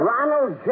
Ronald